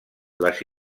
les